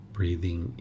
Breathing